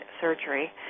surgery